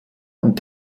und